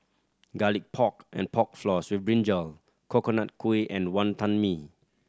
Garlic Pork and Pork Floss with brinjal Coconut Kuih and Wonton Mee